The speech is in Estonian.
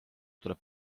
tuleb